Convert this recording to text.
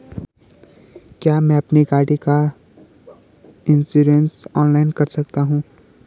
क्या मैं अपनी गाड़ी का इन्श्योरेंस ऑनलाइन कर सकता हूँ?